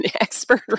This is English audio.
expert